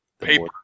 paper